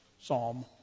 psalm